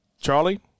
Charlie